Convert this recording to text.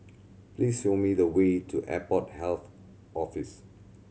please show me the way to Airport Health Office